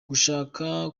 gushaka